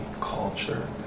culture